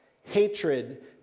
hatred